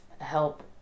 help